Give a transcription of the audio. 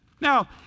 Now